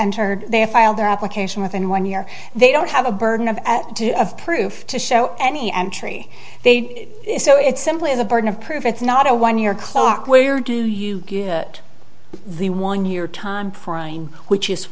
they're filed their application within one year they don't have a burden of proof to show any entry they so it's simply the burden of proof it's not a one year clock where do you get the one year timeframe which is